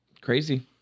crazy